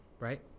Right